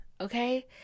Okay